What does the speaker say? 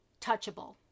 touchable